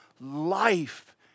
life